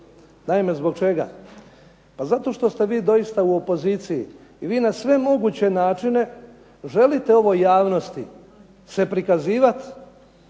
Naime, zbog čega? Pa zato što ste vi doista u opoziciji i vi na sve moguće načine želite ovoj javnosti se prikazivati